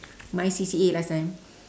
my C_C_A last time